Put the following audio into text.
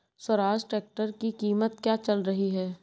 Swaraj tractor की कीमत क्या चल रही है?